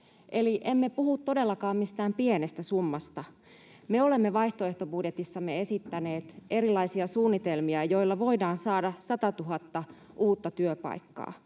Eli emme puhu todellakaan mistään pienestä summasta. Me olemme vaihtoehtobudjetissamme esittäneet erilaisia suunnitelmia, joilla voidaan saada 100 000 uutta työpaikkaa.